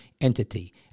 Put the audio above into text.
entity